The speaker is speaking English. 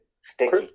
Sticky